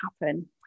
happen